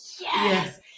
yes